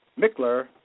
Mickler